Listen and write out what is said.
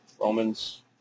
Roman's